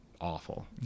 awful